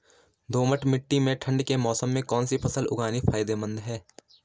दोमट्ट मिट्टी में ठंड के मौसम में कौन सी फसल उगानी फायदेमंद है?